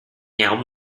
nhà